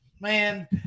man